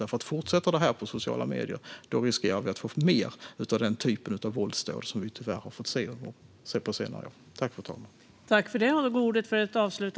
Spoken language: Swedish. Om det här fortsätter på sociala medier riskerar vi att få fler våldsdåd av den typ vi på senare år tyvärr har sett.